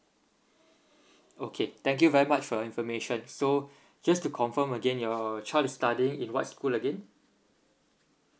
okay thank you very much for your information so just to confirm again your child is studying in what school again